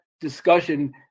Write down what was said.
discussion